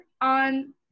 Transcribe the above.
on